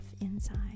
inside